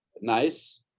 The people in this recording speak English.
nice